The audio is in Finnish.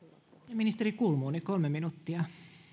ministeri kulmuni kolme minuuttia